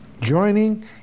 Joining